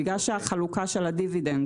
בגלל שהחלוקה של הדיבידנד